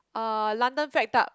uh London Fat Duck